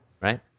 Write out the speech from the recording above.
Right